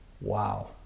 wow